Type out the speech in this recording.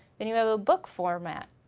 then you have a book format,